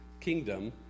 kingdom